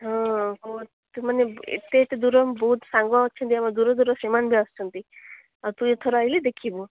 ହଁ ଓ ତୁ ମାନେ ଏତେ ଏତେ ଦୂର ବହୁତ ସାଙ୍ଗ ଅଛନ୍ତି ଆମ ଦୂର ଦୂର ସେମାନେ ବି ଆସୁଛନ୍ତି ଆଉ ତୁ ଏଥର ଆଇଲେ ଦେଖିବୁ